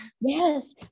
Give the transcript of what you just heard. yes